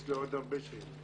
יש לי עוד הרבה שאלות.